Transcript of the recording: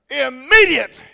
immediately